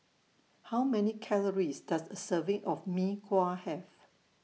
How Many Calories Does A Serving of Mee Kuah Have